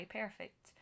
perfect